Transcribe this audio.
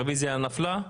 הרביזיה נפלה.